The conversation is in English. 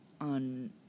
on